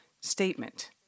statement